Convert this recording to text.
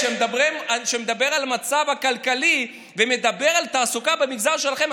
שמדבר על המצב הכלכלי ומדבר על התעסוקה במגזר שלכם,